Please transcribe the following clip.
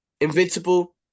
Invincible